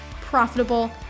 profitable